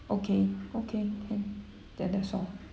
okay okay and then that's all